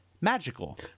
magical